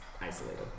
isolated